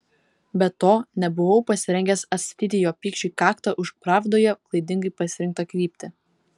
be to nebuvau pasirengęs atstatyti jo pykčiui kaktą už pravdoje klaidingai pasirinktą kryptį